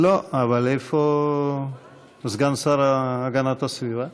איפה סגן השר להגנת הסביבה?